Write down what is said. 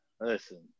listen